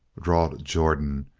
drawled jordan,